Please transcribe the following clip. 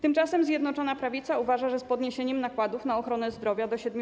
Tymczasem Zjednoczona Prawica uważa, że z podniesieniem nakładów na ochronę zdrowia do 7%